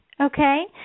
Okay